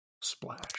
splash